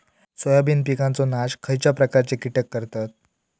Soybean पिकांचो नाश खयच्या प्रकारचे कीटक करतत?